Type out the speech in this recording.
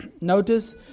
Notice